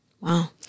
Wow